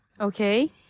Okay